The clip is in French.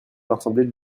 l’assemblée